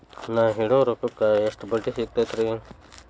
ನಾ ಇಡೋ ರೊಕ್ಕಕ್ ಎಷ್ಟ ಬಡ್ಡಿ ಸಿಕ್ತೈತ್ರಿ?